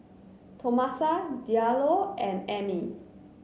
Tomasa Diallo and Emmy